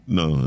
no